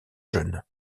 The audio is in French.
jeunes